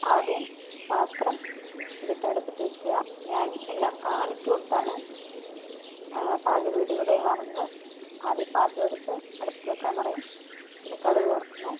ആദ്യം പാത്രം എടുത്ത് അടുപ്പത്ത് വയ്ക്കുക ഞാൻ എല്ലാം കാണിച്ചു കൊടുത്താണ് പാചകവിധികൾ കൈമാറുന്നത് ആദ്യം പാത്രം എടുത്ത് അടുപ്പത്ത് വയ്ക്കാൻ പറയും പിന്നെ കടുക് വറക്കുന്നു